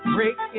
Break